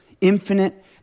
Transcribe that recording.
infinite